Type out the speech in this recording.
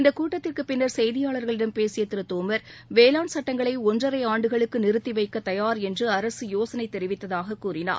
இந்த கூட்டத்திற்குப் பின்னர் செய்தியாளர்களிடம் பேசிய திரு தோமர் வேளாண் சட்டங்களை ஒன்றரை ஆண்டுகளுக்கு நிறுத்திவைக்க தயார் என்று அரசு யோசனை தெரிவித்ததாக கூறினார்